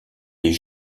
les